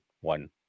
one